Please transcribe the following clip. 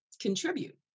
contribute